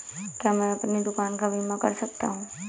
क्या मैं अपनी दुकान का बीमा कर सकता हूँ?